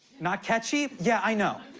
not catchy? yeah, i know.